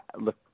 look